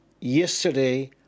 Yesterday